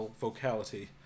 vocality